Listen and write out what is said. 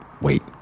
wait